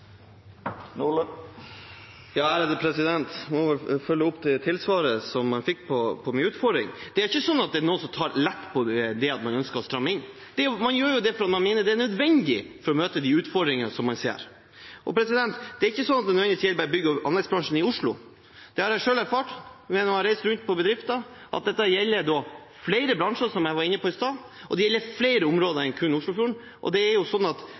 Det er ikke sånn at noen tar lett på å stramme inn. Man gjør det fordi man mener det er nødvendig for å møte de utfordringene man ser. Det er ikke sånn at det nødvendigvis bare gjelder bygg- og anleggsbransjen i Oslo. Det har jeg selv erfart når jeg har reist rundt på bedrifter, at dette gjelder flere bransjer, som jeg var inne på i stad, og det gjelder flere områder enn kun Oslo-området. Da bør man faktisk være i forkant for å hindre en utvikling som man ikke ønsker. Det er nettopp det stortingsflertallet i dag velger å være. Fleire har ikkje bedt om ordet til sak nr. 3. Etter ønske frå arbeids- og sosialkomiteen vil presidenten føreslå at